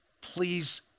please